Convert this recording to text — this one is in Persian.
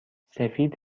سفید